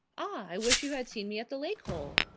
i wish you had seen me at the lake-hole.